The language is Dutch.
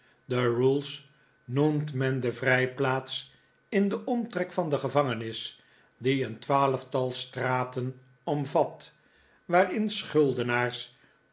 rules noemt men de vrijplaats in den omtrek van de gevangenis die een twaalftal straten omvat waarin